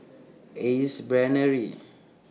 Ace Brainery